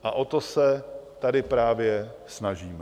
A o to se tady právě snažíme.